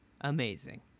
Amazing